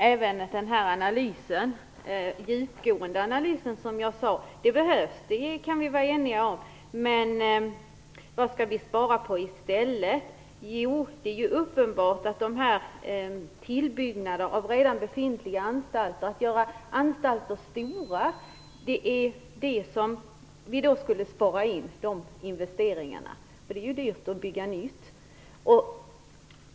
Fru talman! Det behövs en djupgående analys. Det kan vi vara eniga om. Vad skall vi spara på i stället? Jo, det är uppenbart att man skulle kunna spara in investeringar. Man behöver inte göra tillbyggnader på redan befintliga anstalter och göra dem större. Det är dyrt att bygga nytt.